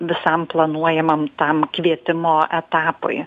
visam planuojamam tam kvietimo etapui